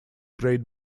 great